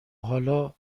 حالا